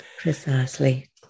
precisely